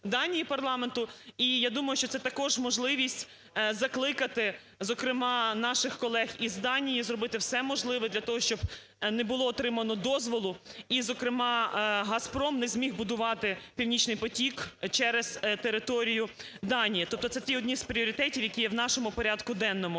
Данії парламенту. І я думаю, що це також можливість закликати, зокрема наших колег із Данії, зробити все можливе для того, щоб не було отримано дозволу, і, зокрема, Газпром не зміг будувати "Північний потік" через територію Данії. Тобто це ті одні з пріоритетів, які є в нашому порядку денному.